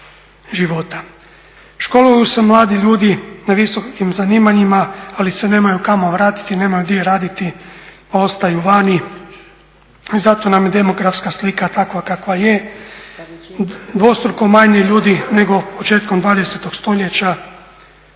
života. Školuju se mladi ljudi na visokim zanimanjima, ali se nemaju kamo vratiti, nemaju gdje raditi, ostaju vani, zato nam je demografska slika takva kakva je, dvostruko manje ljudi nego početkom 20. stoljeća,